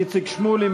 איציק שמולי,